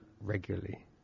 regularly